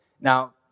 Now